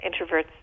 introverts